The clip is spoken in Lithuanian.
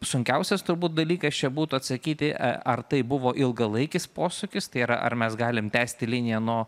sunkiausias turbūt dalykas čia būtų atsakyti ar tai buvo ilgalaikis posūkis tai yra ar mes galim tęsti liniją nuo